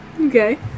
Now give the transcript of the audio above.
Okay